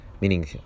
Meaning